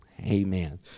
Amen